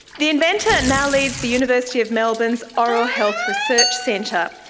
the inventor now leads the university of melbourne's oral health research centre,